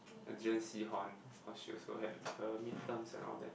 I didn't see Horn cause she also had her mid terms and all that